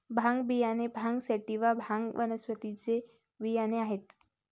भांग बियाणे भांग सॅटिवा, भांग वनस्पतीचे बियाणे आहेत